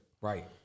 Right